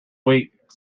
weak